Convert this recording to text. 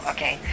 Okay